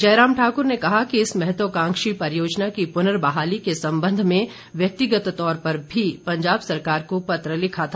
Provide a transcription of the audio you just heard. जयराम ठाकुर ने कहा कि इस महत्वकांक्षी परियोजना की पुर्नबहाली के संबंध में व्यक्तिगत तौर पर भी पंजाब सरकार को पत्र लिखा था